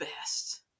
best